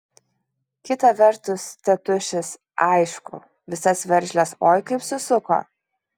kita vertus tėtušis aišku visas veržles oi kaip susuko